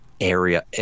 area